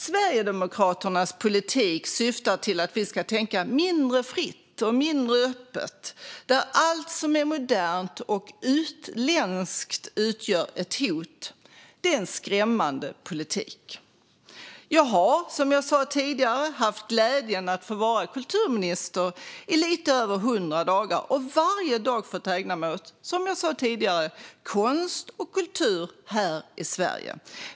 Sverigedemokraternas politik syftar till att vi ska tänka mindre fritt och mindre öppet, och där utgör allt som är modernt och utländskt ett hot. Det är en skrämmande politik. Jag har, som jag sa tidigare, haft glädjen att få vara kulturminister i lite över 100 dagar, och varje dag har jag fått ägna mig åt konst och kultur här i Sverige.